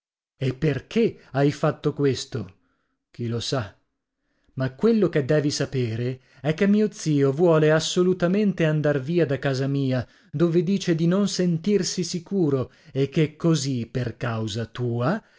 e perché hai fatto questo chi lo sa ma quello che devi sapere è che mio zio vuole assolutamente andar via da casa mia dove dice di non sentirsi sicuro e che così per causa tua